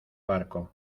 barco